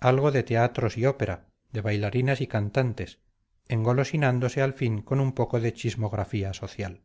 algo de teatros y ópera de bailarinas y cantantes engolosinándose al fin con un poco de chismografía social